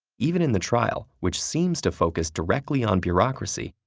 even in the trial, which seems to focus directly on bureaucracy,